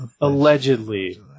Allegedly